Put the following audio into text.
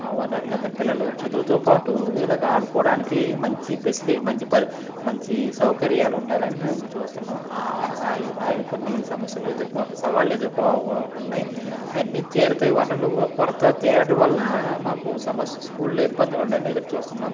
ఆ ఓనర్లు అందరు పిల్లలు చదువుతోపాటు ఇలాగ ఆడుకోవడానికి మంచి ఫెసిలి మంచి మంచి సౌకర్యాలు ఉండాలని మేము చూస్తున్నాం ఆ కొన్ని సమస్యలు ఎదుర్కొ సవాళ్ళు ఎదుర్కొవల్సి ఉన్నాయి అవన్నీ తీరుతాయి ఓనర్లు కొరత తీరడం వల్ల మాకు సమస్య స్కూల్లో ఇబ్బందులు ఉండవని ఎదురుచూస్తున్నాము